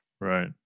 Right